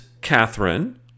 Catherine